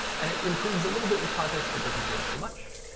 and it improves a little bit with context, but doesn't change too much.